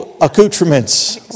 accoutrements